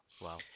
wow